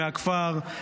מהכפר,